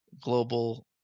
global